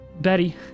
Betty